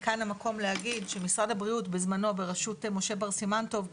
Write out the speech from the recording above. כאן המקום להגיד שמשרד הבריאות בזמנו בראשות משה בר סימן טוב,